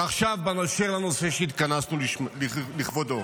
ועכשיו באשר לנושא שהתכנסנו לכבודו.